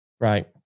right